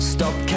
Stop